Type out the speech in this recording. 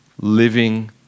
living